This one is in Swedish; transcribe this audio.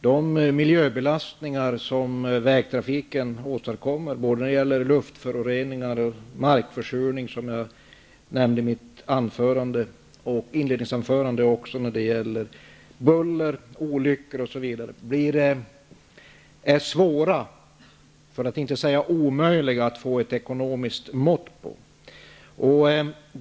De miljöbelastningar som vägtrafiken åstadkommer när det gäller både luftföroreningar och markförsurning, som jag nämnde i mitt inledningsanförande, och när det gäller buller, olyckor, osv. är svåra, näst intill omöjliga, att mäta ekonomiskt.